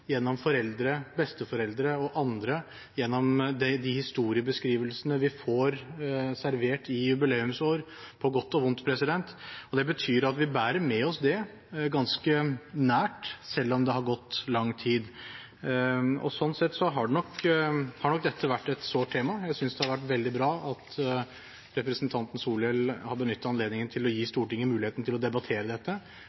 gjennom foreldre, besteforeldre og andre, gjennom de historiebeskrivelsene vi får servert i jubileumsåret – på godt og vondt. Vi bærer det ganske nært med oss, selv om det har gått lang tid. Sånn sett har nok dette vært et sårt tema. Jeg synes det har vært veldig bra at representanten Solhjell har benyttet anledningen til å gi Stortinget muligheten til å debattere dette